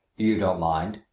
you don't mind?